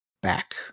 Back